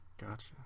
Gotcha